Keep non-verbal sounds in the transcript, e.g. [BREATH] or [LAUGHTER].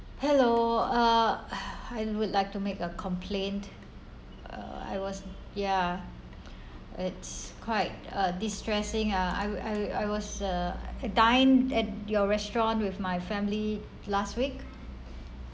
hello uh [BREATH] I would like to make a complaint uh I was ya it's quite a distressing uh I I was uh a dine at your restaurant with my family last week